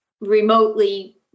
remotely